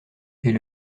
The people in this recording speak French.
est